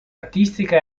artistica